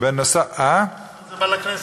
למה זה בא לכנסת?